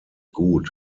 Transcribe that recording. gut